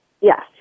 Yes